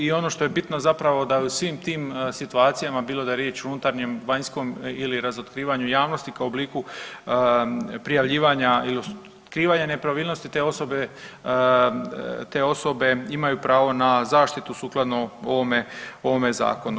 I ono što je bitno zapravo da je u svim tim situacijama bilo da je riječ o unutarnjem, vanjskom ili razotkrivanju javnosti kao obliku prijavljivanja ili otkrivanja nepravilnosti te osobe imaju pravo na zaštitu sukladno ovome zakonu.